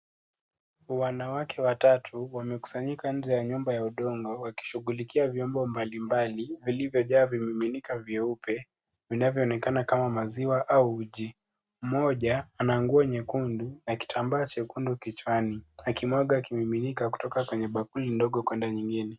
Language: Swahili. Wanawake watatu wamekusanyika nje ya nyumba ya udongo wakishughulikia vyombo mbalimbali vilivyojaa vimiminika vyeupe vinavyoonekana kama maziwa au uji. Mmoja ana nguo nyekundu na kitambaa chekundu kichwani akimwaga kimiminika kutoka kwenye bakuli ndogo kwenda nyingine.